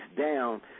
down